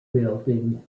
building